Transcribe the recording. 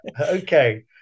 okay